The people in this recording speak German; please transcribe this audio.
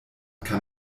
kann